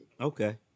Okay